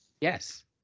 Yes